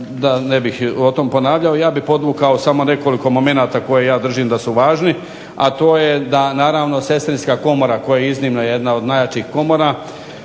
da ne bih o tom ponavljao. Ja bih podvukao samo nekoliko momenata koje ja držim da su važni, a to je da naravno sestrinska komora, koja je iznimno jedna od najjačih komora